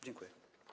Dziękuję.